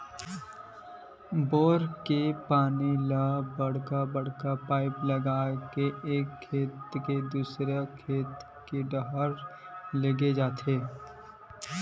bore के पानी ल बड़का बड़का पाइप लगा के एक खेत ले दूसर खेत डहर लेगे जाथे